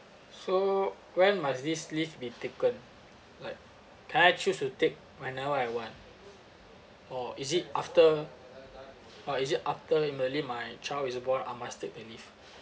so when must this leave be taken like can I choose to take whenever I want or is it after or is it after immediately my child is born I must take the leave